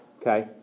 Okay